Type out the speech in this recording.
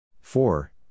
four